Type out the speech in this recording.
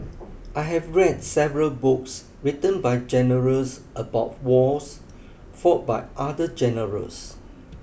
I have read several books written by generals about wars fought by other generals